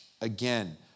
Again